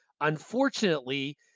unfortunately